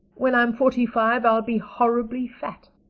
when i'm forty-five i'll be horribly fat.